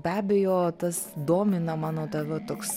be abejo tas domina mano tavo toks